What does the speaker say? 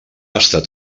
estat